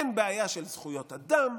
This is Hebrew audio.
אין בעיה של זכויות אדם.